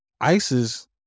Isis